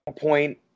point